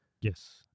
Yes